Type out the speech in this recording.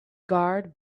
guard